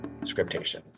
Scriptation